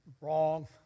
Wrong